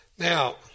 Now